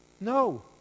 No